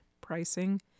pricing